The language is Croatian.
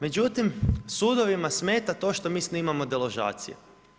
Međutim sudovima smeta to što mi snimamo deložacije.